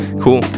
Cool